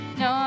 no